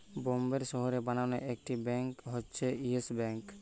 বোম্বের শহরে বানানো একটি ব্যাঙ্ক হচ্ছে ইয়েস ব্যাঙ্ক